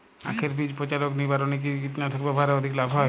আঁখের বীজ পচা রোগ নিবারণে কি কীটনাশক ব্যবহারে অধিক লাভ হয়?